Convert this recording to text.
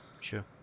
Sure